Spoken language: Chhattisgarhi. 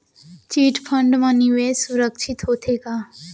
चिट फंड मा निवेश सुरक्षित होथे का?